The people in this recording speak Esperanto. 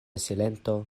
silento